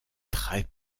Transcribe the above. très